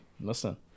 listen